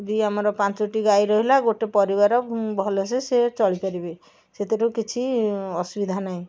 ବି ଆମର ପାଞ୍ଚଟି ଗାଈ ରହିଲା ଗୋଟେ ପରିବାର ଭଲ ସେ ସେ ଚଳି ପାରିବେ ସେଥିରୁ କିଛି ଅସୁବିଧା ନାହିଁ